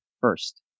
first